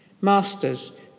Masters